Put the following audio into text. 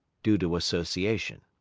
due to association.